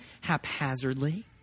haphazardly